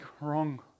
wrong